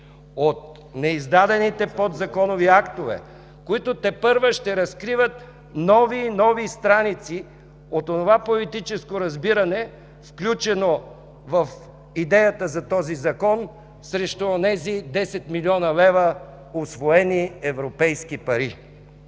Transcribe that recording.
от неиздадените подзаконови актове, които тепърва ще разкриват нови и нови страници от онова политическо разбиране, включено в идеята за този Закон срещу онези 10 млн. лв., усвоени европейски пари.